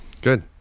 Good